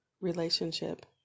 relationship